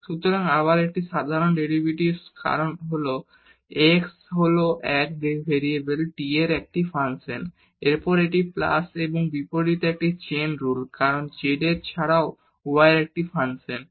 সুতরাং এটি আবার একটি সাধারণ ডেরিভেটিভ কারণ x হল 1 ভেরিয়েবল t এর একটি ফাংশন এবং তারপর এটি প্লাস এর বিপরীতে একটি চেইন রুল কারণ z এছাড়াও y এর একটি ফাংশন